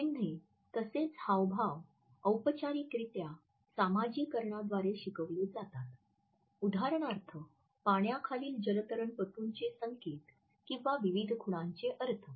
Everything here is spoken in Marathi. चिन्हे तसेच हावभाव औपचारिकरित्या सामाजीकरणाद्वारे शिकविले जातात उदाहरणार्थ पाण्याखालील जलतरणपटूचे संकेत किंवा विविध खुणांचे अर्थ